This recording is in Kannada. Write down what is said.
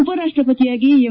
ಉಪ ರಾಷ್ಟ್ರಪತಿಯಾಗಿ ಎಂ